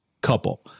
couple